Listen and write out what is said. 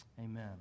Amen